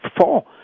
four